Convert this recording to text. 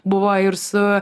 buvo ir su